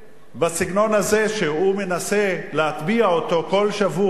בסגנון הזה שהוא מנסה להטביע אותו כל שבוע,